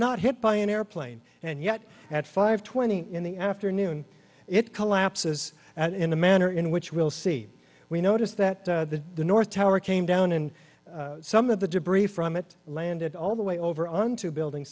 not hit by an air lane and yet at five twenty in the afternoon it collapses in a manner in which we'll see we noticed that the north tower came down and some of the debris from it landed all the way over onto building